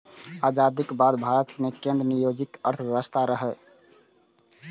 आजादीक बाद भारत मे केंद्र नियोजित अर्थव्यवस्था रहै